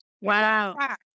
Wow